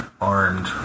Armed